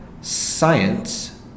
science